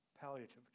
palliative